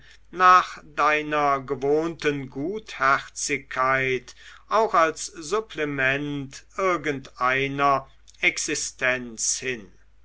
nach deiner gewohnten gutherzigkeit auch als supplement irgendeiner existenz hin